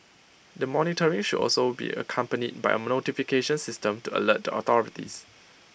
the monitoring should also be accompanied by A notification system to alert the authorities